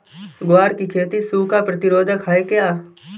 ग्वार की खेती सूखा प्रतीरोधक है क्या?